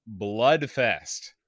Bloodfest